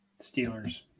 Steelers